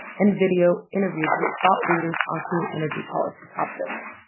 and video interviews with thought leaders on clean energy policy topics.